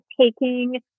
taking